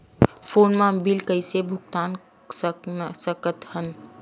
Phone मा bill कइसे भुक्तान साकत हन?